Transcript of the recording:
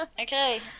okay